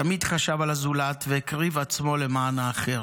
תמיד חשב על הזולת והקריב עצמו למען האחר.